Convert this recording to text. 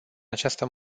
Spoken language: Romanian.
această